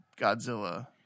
Godzilla